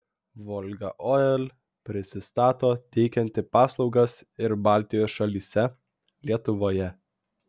volga oil prisistato teikianti paslaugas ir baltijos šalyse lietuvoje